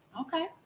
Okay